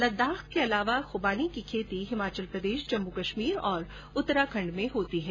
लद्दाख के अलावा ख्बानी की खेती हिमाचल प्रदेश जम्मू कश्मीर और उत्तराखंड में होती है